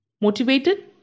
Motivated